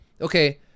Okay